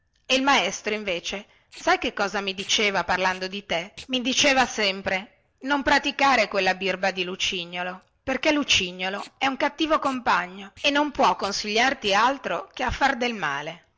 e il maestro invece sai che cosa mi diceva parlando di te i diceva sempre non praticare quella birba di lucignolo perché lucignolo è un cattivo compagno e non può consigliarti altro che a far del male